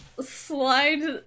slide